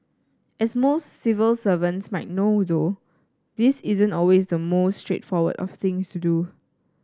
as most civil servants might know though this isn't always the most straightforward of things to do